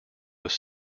was